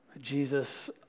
Jesus